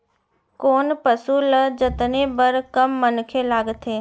कोन पसु ल जतने बर कम मनखे लागथे?